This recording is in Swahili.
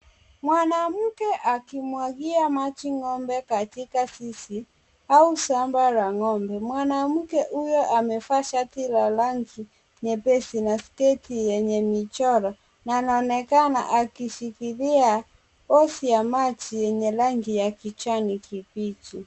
Mwanamke akimwagia maji ng'ombe katika zizi au shamba la ng'ombe. Mwanamke huyo amevalia shati la rangi nyepesi na sketi yenye michoro na naonekana akishikilia hose ya maji yenye rangi ya kijani kibichi.